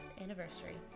anniversary